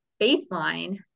baseline